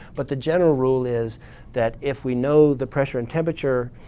but the general rule is that if we know the pressure and temperature,